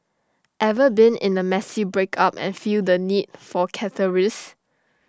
ever been in A messy breakup and feel the need for catharsis